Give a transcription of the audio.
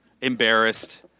embarrassed